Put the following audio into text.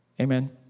Amen